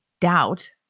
doubt